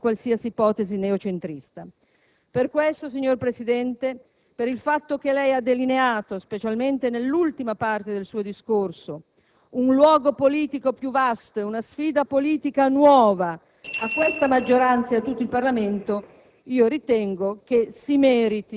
democrazia governante vuol dire blocco di qualsiasi ipotesi neo centrista. Per questo, signor Presidente, per il fatto che lei ha delineato, specialmente nell'ultima parte del suo discorso, un luogo politico più vasto e una sfida politica nuova a questa maggioranza e a tutto il Parlamento,